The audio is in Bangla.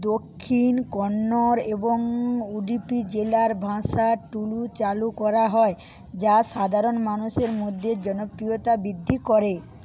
দক্ষিণ কন্নড় এবং উডুপি জেলার ভাষা টুলু চালু করা হয় যা সাধারণ মানুষের মধ্যে জনপ্রিয়তা বৃদ্ধি করে